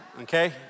Okay